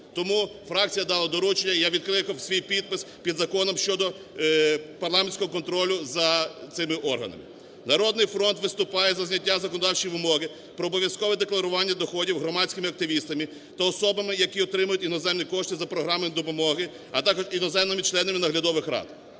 Тому фракція дала доручення, і я відкликав свій підпис під законом щодо парламентського контролю за цими органами. "Народний фронт" виступає за зняття законодавчої вимоги про обов'язкове декларування доходів громадськими активістами та особами, які отримують іноземні кошти за програмами допомоги, а також іноземними членами наглядових рад.